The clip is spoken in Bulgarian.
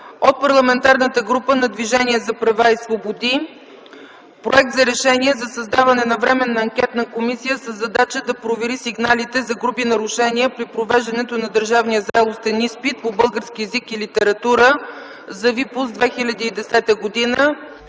от Парламентарната група на Движението за права и свободи: Проект за Решение за създаване на Временна анкетна комисия със задача да провери сигналите за груби нарушения при провеждането на държавния зрелостен изпит по български език и литература за випуск 2010 г.